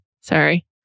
Sorry